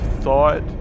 thought